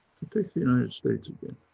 to take the united states again,